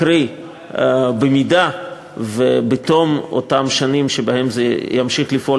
קרי: במידה שבתום אותן שנים שבהן זה ימשיך לפעול